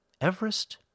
Everest